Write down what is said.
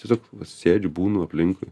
tiesiog sėdžiu būnu aplinkui